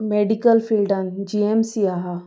medical फिल्डान G M C आसा